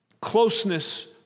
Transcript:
closeness